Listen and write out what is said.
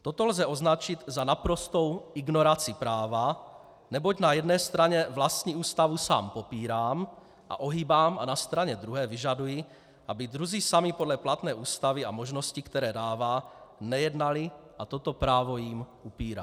Toto lze označit za naprostou ignoraci práva, neboť na jedné straně vlastní ústavu sám popírám a ohýbám a na straně druhé vyžaduji, aby druzí sami podle platné ústavy a možností, které dává, nejednali a toto právo jim upírám.